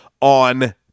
on